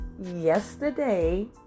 yesterday